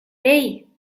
hey